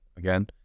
again